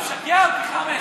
הוא משגע אותי, חמד.